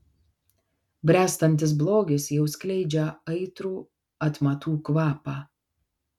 bręstantis blogis jau skleidžia aitrų atmatų kvapą